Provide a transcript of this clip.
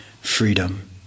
freedom